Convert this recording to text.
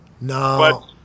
No